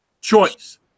choice